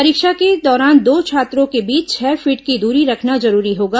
परीक्षा के दौरान दो छात्रों के बीच छह फीट की दूरी रखना जरूरी होगा